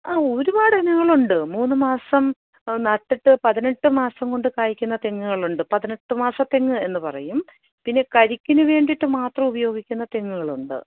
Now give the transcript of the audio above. അ ഒരുപാട് ഇനങ്ങൾ ഉണ്ട് മൂന്ന് മാസം നട്ടിട്ട് പതിനെട്ട് മാസം കൊണ്ട് കായ്ക്കുന്ന തെങ്ങുകൾ ഉണ്ട് പതിനെട്ട് മാസത്തെങ്ങ് എന്ന് പറയും പിന്നെ കരിക്കിന് വേണ്ടിയിട്ട് മാത്രം ഉപയോഗിക്കുന്ന തെങ്ങുകളുണ്ട്